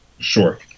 Sure